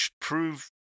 prove